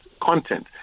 content